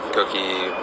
Cookie